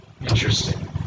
Interesting